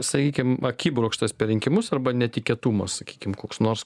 sakykim akibrokštas per rinkimus arba netikėtumas sakykim koks nors